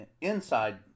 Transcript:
inside